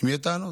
אם יהיו טענות.